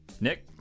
nick